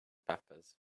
peppers